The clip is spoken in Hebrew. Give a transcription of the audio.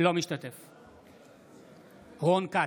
אינו משתתף בהצבעה רון כץ,